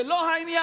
זה לא העניין.